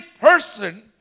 person